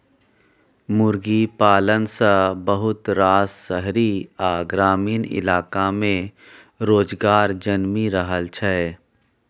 मुर्गी पालन सँ बहुत रास शहरी आ ग्रामीण इलाका में रोजगार जनमि रहल छै